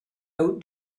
out